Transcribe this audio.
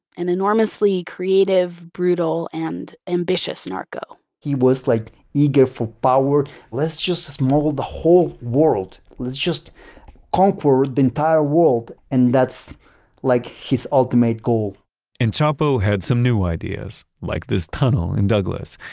an enormously creative, brutal, and ambitious narco he was like eager for power let's just mold the whole world, let's just conquer the entire world. and that's like his ultimate goal and chapo had some new ideas, like this tunnel in douglas,